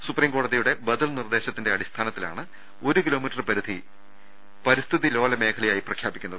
സുപ്രീംകോടതിയുടെ ബദൽ നിർദേശ ത്തിന്റെ അടിസ്ഥാനത്തിലാണ് ഒരു കിലോമീറ്റർ പരി സ്ഥിതി ലോല മേഖലയായി പ്രഖ്യാപിക്കുന്നത്